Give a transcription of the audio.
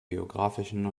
geografischen